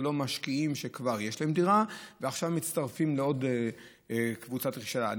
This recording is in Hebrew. אלה לא משקיעים שיש להם דירה ועכשיו מצטרפים לעוד קבוצת רכישה.